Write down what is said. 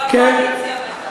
בקואליציה בטח.